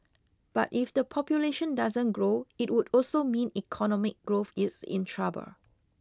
but if the population doesn't grow it would also mean economic growth is in trouble